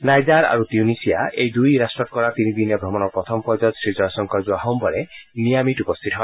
Niger আৰু Tunisia এই দুই ৰাট্টত কৰা তিনিদনীয়া অমণৰ প্ৰথম পৰ্যায়ত শ্ৰীজয়শংকৰ যোৱা সোমবাৰে নিয়ামিত উপস্থিত হয়